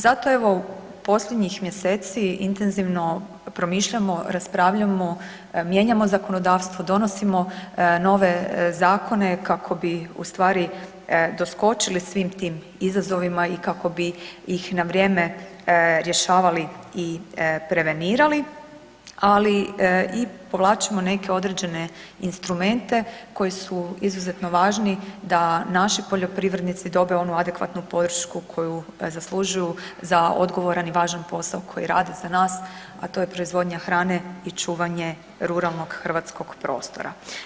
Zato evo posljednjih mjeseci intenzivno promišljamo, raspravljamo, mijenjamo zakonodavstvo, donosimo nove zakone kako bi ustvari doskočili svim tim izazovima i kako bi ih na vrijeme rješavali i prevenirali, ali i povlačimo neke određene instrumente koji su izuzetno važni da naši poljoprivrednici dobe onu adekvatnu podršku koju zaslužuju za odgovoran i važan posao koji rade za nas, a to je proizvodnja hrane i čuvanje ruralnog hrvatskog prostora.